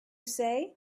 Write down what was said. say